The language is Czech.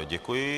Děkuji.